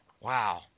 Wow